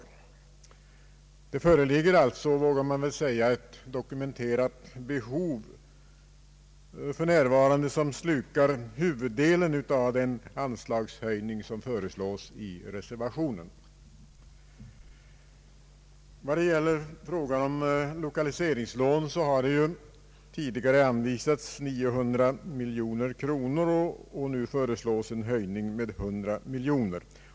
För närvarande föreligger alltså, vågar man väl säga, ett dokumenterat behov, som slukar huvuddelen av den anslagshöjning som föreslås i reservationen. Till lokaliseringslån har tidigare anvisats 900 miljoner kronor, och nu föreslås i propositionen en höjning med 100 miljoner.